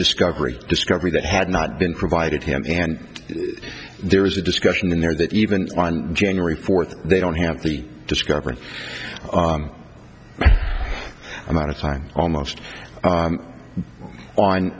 discovery discovery that had not been provided him and there was a discussion there that even on january fourth they don't have the discovery amount of time almost